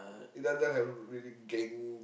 it doesn't have really gang